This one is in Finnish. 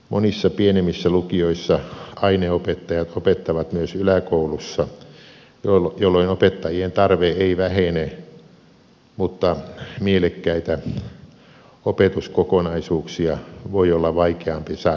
monissa pienemmissä lukioissa aineenopettajat opettavat myös yläkoulussa jolloin opettajien tarve ei vähene mutta mielekkäitä opetuskokonaisuuksia voi olla vaikeampi saada aikaan